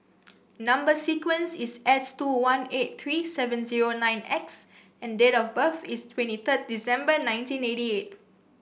number sequence is S two one eight three seven zero nine X and date of birth is twenty third December nineteen eighty eight